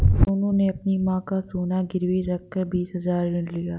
सोनू ने अपनी मां का सोना गिरवी रखकर बीस हजार ऋण लिया